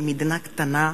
מדינה קטנה,